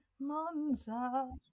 Monza